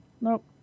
Nope